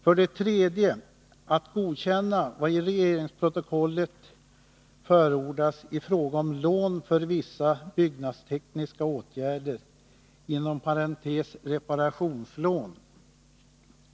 För det tredje har regeringen föreslagit godkännande av vad i regerings Nr 144 protokollet förordats i fråga om lån för vissa byggnadstekniska åtgärder, Tisdagen den reparationslån.